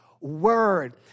word